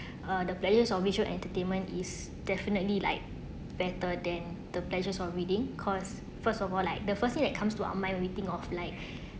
uh the players of visual entertainment is definitely like better than the pleasures of reading cause first of all like the first thing that comes to our mind waiting of like